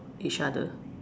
each other